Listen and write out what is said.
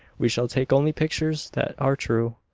we shall take only pictures that are true,